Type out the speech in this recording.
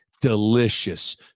delicious